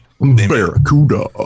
barracuda